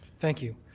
thank you.